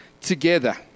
together